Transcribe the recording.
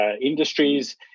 industries